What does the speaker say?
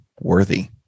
worthy